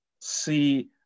see